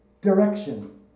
direction